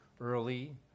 early